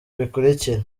bikurikira